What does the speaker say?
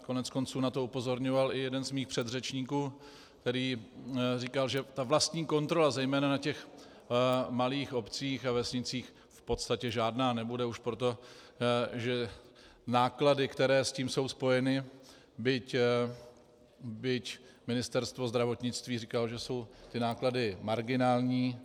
Koneckonců na to upozorňoval i jeden z mých předřečníků, který říkal, že ta vlastní kontrola zejména na malých obcích a vesnicích v podstatě žádná nebude už proto, že náklady, které jsou s tím spojeny byť Ministerstvo zdravotnictví říkalo, že jsou náklady marginální.